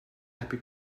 happy